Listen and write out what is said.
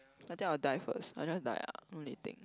I think I'll die first I just die ah no need to think